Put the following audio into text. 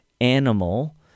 animal